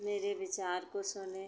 मेरे विचार को सुने